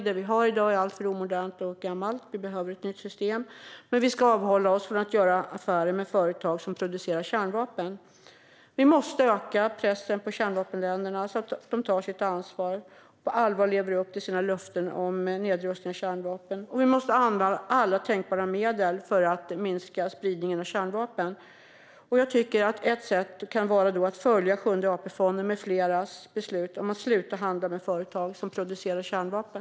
Det vi har i dag är alltför gammalt och omodernt. Men vi ska avhålla oss från att göra affärer med företag som producerar kärnvapen. Vi måste öka pressen på kärnvapenländerna så att de tar sitt ansvar och på allvar lever upp till sina löften om nedrustning av kärnvapen. Vi måste använda alla tänkbara medel för att minska spridningen av kärnvapen, och ett sätt kan vara att följa Sjunde AP-fonden med fleras beslut om att sluta handla med företag som producerar kärnvapen.